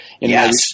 Yes